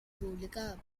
publicada